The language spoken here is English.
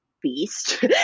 beast